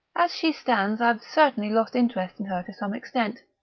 as she stands, i've certainly lost interest in her to some extent.